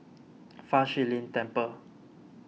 Fa Shi Lin Temple